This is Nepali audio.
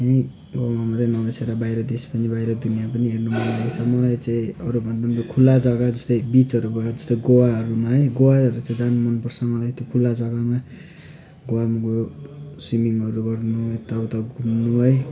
यहीँ अब मात्रै नबसेर बाहिर देश पनि गएर दुनियाँ पनि हेर्न मनलागेको छ मलाई चाहिँ अरूभन्दा पनि त्यो खुल्ला जग्गा जस्तै बिचहरू भयो जस्तै गोवाहरूमा है गोवाहरू चाहिँ जानु मनपर्छ मलाई त्यो खुल्ला जग्गामा गोवामा गयो स्विमिङहरू गर्नु यताउता घुम्नु है